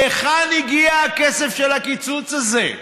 מהיכן הגיע הכסף של הקיצוץ הזה?